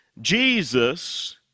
Jesus